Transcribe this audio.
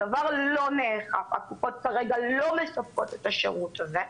הדבר לא נאכף והקופות לא מספקות את השירות הזאת.